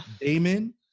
Damon